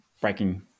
breaking